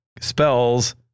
spells